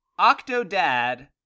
Octodad